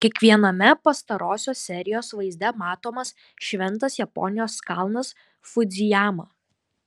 kiekviename pastarosios serijos vaizde matomas šventas japonijos kalnas fudzijama